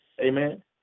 amen